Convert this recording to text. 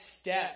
step